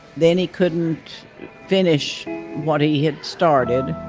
then he couldn't finish what he had started.